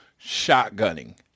shotgunning